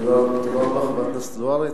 תודה רבה, חברת הכנסת זוארץ.